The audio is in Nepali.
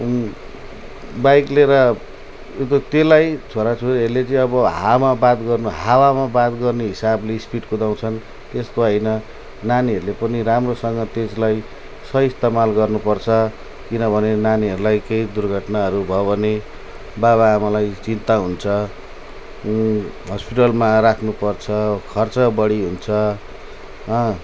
बाइक लिएर ए के त्यसलाई छोराछोरीहरूले चाहिँ अब हावामा बात गर्नु हावामा बात गर्ने हिसाबले स्पिड कुदाउँछन् त्यस्तो होइन नानीहरूले पनि राम्रोसँग त्यसलाई सही इस्तेमाल गर्नुपर्छ किनभने नानीहरूलाई केही दुर्घटनाहरू भयो भने बाबाआमालाई चिन्ता हुन्छ हस्पिटलमा राख्नुपर्छ खर्च बढी हुन्छ हो